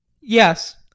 Yes